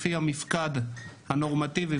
לפי המפקד הנורמטיבי,